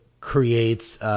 creates